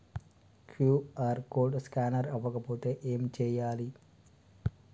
QR code scanner అవ్వకపోతే ఏం చేయాలి?